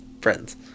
friends